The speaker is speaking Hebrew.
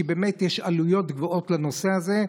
כי יש עלויות גבוהות לנושא הזה.